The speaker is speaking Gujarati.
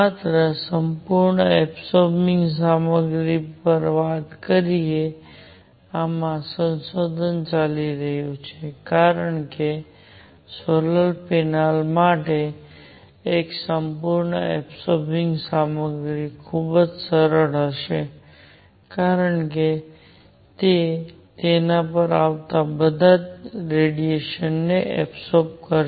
માત્ર સંપૂર્ણ એબસોરબિંગ સામગ્રી પર વાત કરીને આમાં સંશોધન ચાલી રહ્યું છે કારણ કે સોલાર પેનલ્સ માટે એક સંપૂર્ણ એબસોરબિંગ સામગ્રી ખૂબ સરસ હશે કારણ કે તે તેના પર આવતા તમામ રેડિયેશનને એબસોર્બ કરશે